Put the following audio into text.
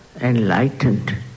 enlightened